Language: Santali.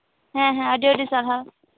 ᱦᱮᱸ ᱦᱮᱸ ᱟᱹᱰᱤ ᱟᱹᱰᱤ ᱥᱟᱨᱦᱟᱣ